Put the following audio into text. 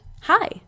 hi